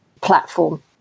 platform